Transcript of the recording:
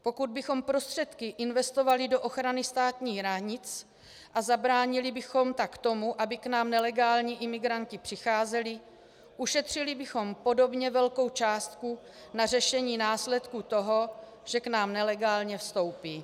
Pokud bychom prostředky investovali do ochrany státních hranic a zabránili bychom tak tomu, aby k nám nelegální imigranti přicházeli, ušetřili bychom podobně velkou částku na řešení následků toho, že k nám nelegálně vstoupí.